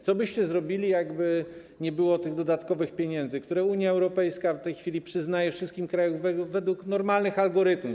Co byście zrobili, gdyby nie było tych dodatkowych pieniędzy, które Unia Europejska w tej chwili przyznaje wszystkim krajom według normalnych algorytmów?